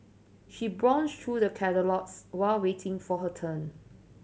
she browsed through the catalogues while waiting for her turn